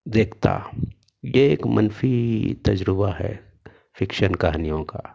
دیکھتا یہ ایک منفی تجربہ ہے فکشن کہانیوں کا